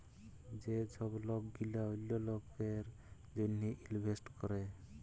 যে ছব লক গিলা অল্য লকের জ্যনহে ইলভেস্ট ক্যরে